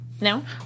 No